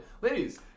Ladies